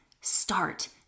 start